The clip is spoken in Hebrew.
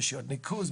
רשויות ניקוז,